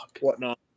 whatnot